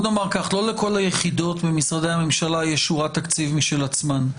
לא לכל היחידות במשרדי הממשלה יש שורת תקציב משל עצמן,